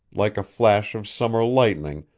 like a flash of summer lightning,